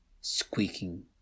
squeaking